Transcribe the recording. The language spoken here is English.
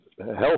health